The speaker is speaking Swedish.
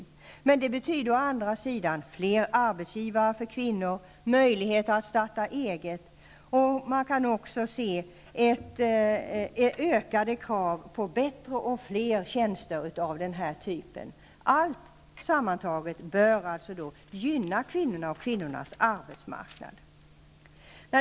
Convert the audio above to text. Å andra sidan betyder detta fler arbetsgivare för kvinnor, möjlighet att starta eget och också ökade krav på bättre och fler tjänster av den här typen. Sammantaget bör alltså detta gynna kvinnorna och kvinnornas arbetsmarknad.